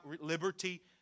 liberty